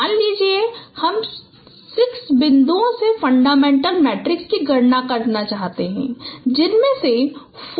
मान लीजिए हम 6 बिंदुओं से फंडामेंटल मैट्रिक्स की गणना करना चाहते हैं जिनमें से 4 कोप्लानर हैं